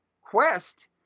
quest